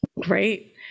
Great